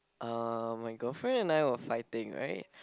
uh my girlfriend and I were fighting right